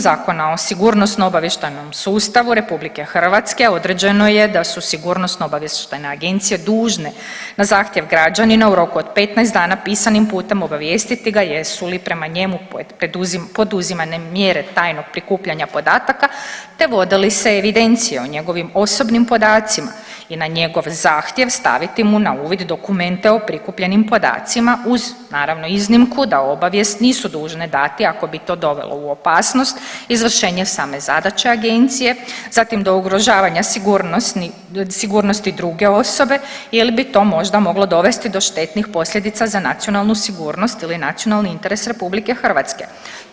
Zakona o sigurnosno-obavještajnom sustavu Republike Hrvatske određeno je da su sigurnosno-obavještajne agencije dužne na zahtjev građanina u roku od 15 dana pisanim putem obavijestiti ga jesu li prema njemu poduzimane mjere tajnog prikupljanja podataka, te vodi li se evidencija o njegovim osobnim podacima i na njegov zahtjev staviti mu na uvid dokumente o prikupljenim podacima uz naravno iznimku da obavijest nisu dužne dati ako bi to dovelo u opasnost izvršenje same zadaće agencije, zatim do ugrožavanja sigurnosti druge osobe jer bi to možda moglo dovesti do štetnih posljedica za nacionalnu sigurnost ili nacionalni interes Republike Hrvatske.